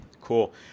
Cool